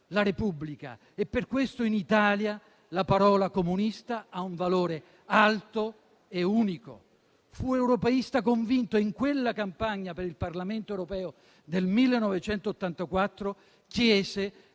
la Repubblica. Per questo in Italia la parola "comunista" ha un valore alto e unico. Fu europeista convinto; e in quella campagna per il Parlamento europeo del 1984 chiese